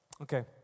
Okay